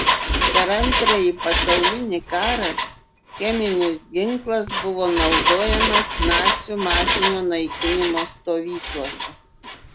per antrąjį pasaulinį karą cheminis ginklas buvo naudojamas nacių masinio naikinimo stovyklose